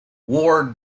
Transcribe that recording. ward